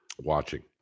watching